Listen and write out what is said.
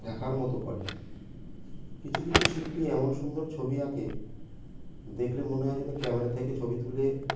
দেখার মতো করে কিছু কিছু শিল্পী এমন সুন্দর ছবি আঁকে দেখলে মনে হয় যেন ক্যামেরা থেকে ছবি তুলে